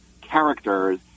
characters